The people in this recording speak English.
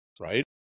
right